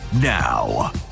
now